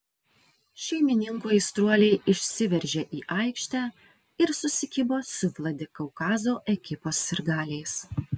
šeimininkų aistruoliai išsiveržė į aikštę ir susikibo su vladikaukazo ekipos sirgaliais